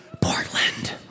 Portland